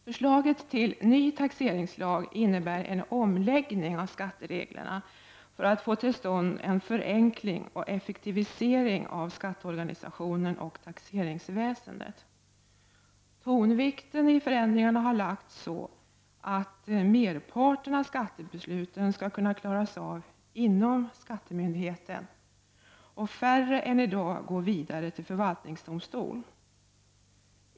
Förslaget till ny taxeringslag innebär en omläggning av skattereglerna i syfte att få till stånd en förenkling och effektivisering av skatteorganisationen och taxeringsväsendet. Tonvikten i förändringarna har lagts så att merparten av skattebesluten skall kunna klaras av inom skattemyndigheten och att färre än i dag skall gå vidare till förvaltningsdomstol.